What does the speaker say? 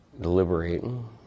deliberating